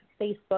Facebook